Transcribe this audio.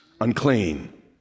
unclean